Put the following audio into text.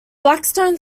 blackstone